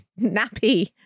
nappy